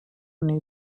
nei